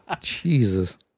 Jesus